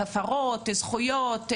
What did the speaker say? הפרות זכויות,